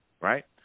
Right